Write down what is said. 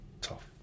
tough